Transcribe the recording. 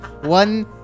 one